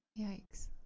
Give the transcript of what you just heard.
yikes